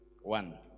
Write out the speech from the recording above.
One